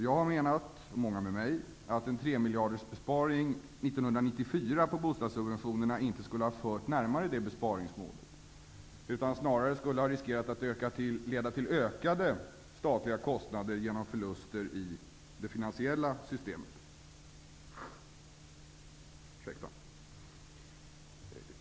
Jag har menat, och många med mig, att en tremiljardersbesparing i bostadssubventionerna 1994 inte skulle föra närmare det besparingsmålet, utan snarare riskera att leda till ökade statliga kostnader genom förluster i det finansiella systemet.